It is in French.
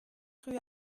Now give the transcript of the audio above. rue